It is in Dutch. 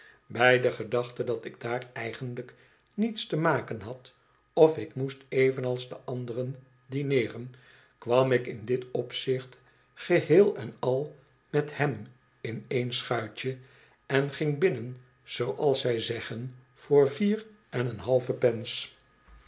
bij de gedachte dat ik daar eigenlijk niets te maken had of ik moest evenals de anderen dineeren kwam ik in dit opzicht geheel en al met hem in één schuitje en ging binnen zooals zij zeggen voor vier en een halve pence